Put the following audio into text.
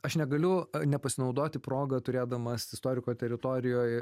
aš negaliu nepasinaudoti proga turėdamas istoriko teritorijoj